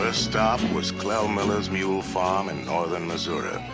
ah stop was clell miller's mule farm in northern missouri.